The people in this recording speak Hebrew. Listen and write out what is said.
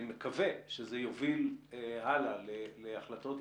אני מקווה שזה יוביל הלאה להחלטות.